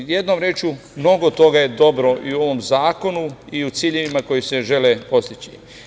Jednom rečju, mnogo toga je dobro i u ovom zakonu i u ciljevima koji se žele postići.